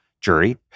jury